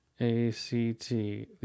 A-C-T